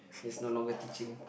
is no longer teaching